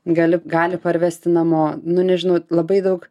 gali gali parvesti namo nu nežinau labai daug